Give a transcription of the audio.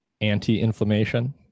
anti-inflammation